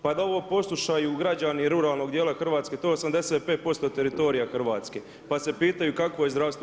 Pa da ovo poslušaju građani ruralnog dijela Hrvatske, to je 85% teritorija Hrvatske, pa se pitaju kakvo je zdravstvo.